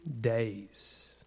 days